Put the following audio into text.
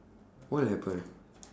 what will happen